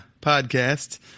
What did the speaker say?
podcast